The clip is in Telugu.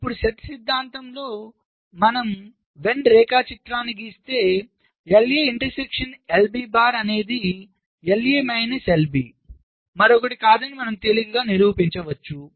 ఇప్పుడు సెట్ సిద్ధాంతంలో మనము వెన్ రేఖాచిత్రాన్ని గీస్తే LA ఇంటర్సెక్షన్ LB బార్ అనేది LA మైనస్ LB మరొకటి కాదని మనము తేలికగా నిరూపించవచ్చు